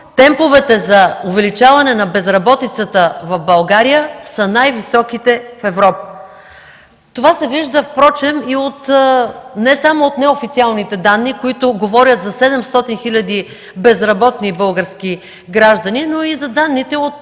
темповете за увеличаване на безработицата в България са най-високите в Европа. Това се вижда впрочем и не само от неофициалните данни, които говорят за 700 хиляди безработни български граждани, но и за данните от